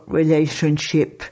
relationship